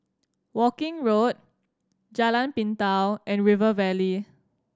Woking Road Jalan Pintau and River Valley